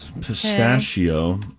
Pistachio